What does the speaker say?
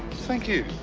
thank you.